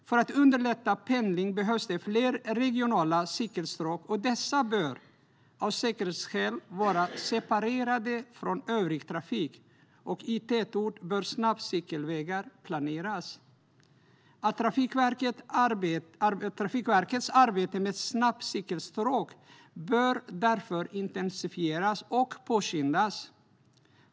För att underlätta pendling behövs fler regionala cykelstråk, och dessa bör av säkerhetsskäl vara separerade från övrig trafik. I tätort bör snabbcykelvägar planeras. Trafikverkets arbete med snabbcykelstråk bör därför intensifieras och påskyndas.